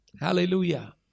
Hallelujah